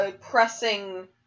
pressing